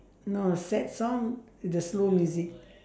no sad song the slow music